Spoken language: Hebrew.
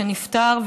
שנפטר,